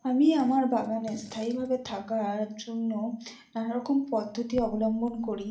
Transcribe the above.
আমি আমার বাগানে স্থায়ীভাবে থাকার জন্য নানা রকম পদ্ধতি অবলম্বন করি